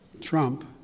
Trump